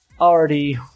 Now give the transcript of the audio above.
already